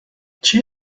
چیه